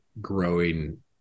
growing